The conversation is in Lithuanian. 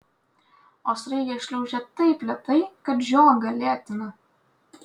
o sraigė šliaužia taip lėtai kad žiogą lėtina